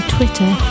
Twitter